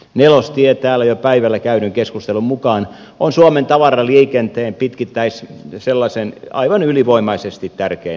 nelostie täällä jo päivällä käydyn keskustelun mukaan on suomen tavaraliikenteen pitkittäissellaisen aivan ylivoimaisesti tärkein hanke